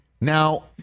Now